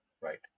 Right